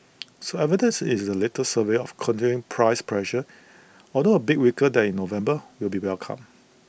so evidence is the latest survey of continuing price pressures although A bit weaker than in November will be welcomed